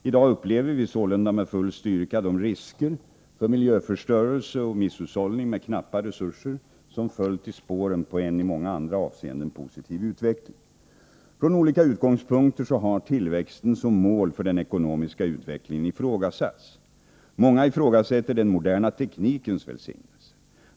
I dag upplever vi sålunda med full styrka de risker för miljöförstörelse och misshushållning med knappa resurser som följt i spåren på en i många andra avseenden positiv utveckling. Från olika utgångspunkter har tillväxten som mål för den ekonomiska utvecklingen ifrågasatts. Många ifrågasätter den moderna teknikens välsignelse.